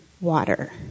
water